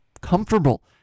comfortable